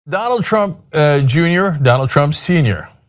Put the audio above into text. donald trump jr, donald trump senior.